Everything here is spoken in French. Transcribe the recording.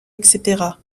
etc